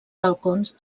balcons